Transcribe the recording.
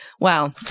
Wow